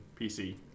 PC